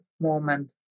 moment